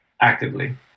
actively